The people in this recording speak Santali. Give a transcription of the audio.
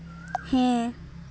ᱦᱮᱸ